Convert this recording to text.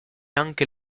anche